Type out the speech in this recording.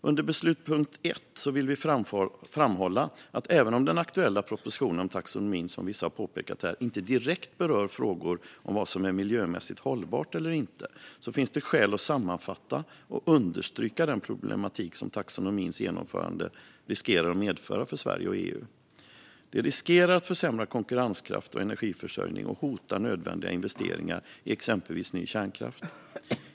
Under beslutspunkt 1 vill vi framhålla att även om den aktuella propositionen om taxonomin inte, som vissa har påpekat här, direkt berör frågor om vad som är miljömässigt hållbart eller inte finns det skäl att sammanfatta och understryka den problematik som taxonomins genomförande riskerar att medföra för Sverige och EU. Det riskerar att försämra konkurrenskraft och energiförsörjning och hotar nödvändiga investeringar i exempelvis ny kärnkraft.